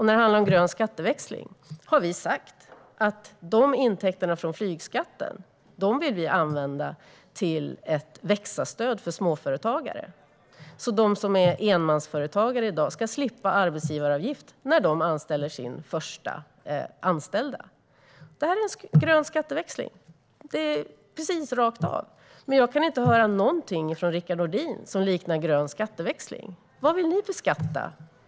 När det handlar om grön skatteväxling har vi sagt att vill vi använda intäkterna från flygskatten till ett växa-stöd för småföretagare så att de som är enmansföretagare i dag ska slippa arbetsgivaravgift när de tar in sin första anställda. Detta är grön skatteväxling, precis rakt av. Jag kan inte höra något från Rickard Nordin som liknar grön skatteväxling. Vad vill ni beskatta?